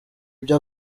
ibyo